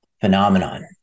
phenomenon